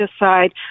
decide